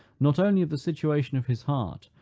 not only of the situation of his heart,